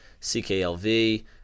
CKLV